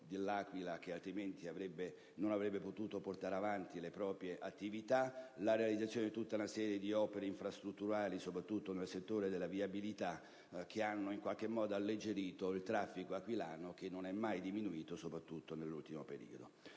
dell'Aquila, che altrimenti non avrebbe potuto portare avanti le proprie attività; la realizzazione di tutta una serie di opere infrastrutturali, soprattutto nel settore della viabilità, che hanno alleggerito il traffico aquilano, che non è mai diminuito, soprattutto nell'ultimo periodo.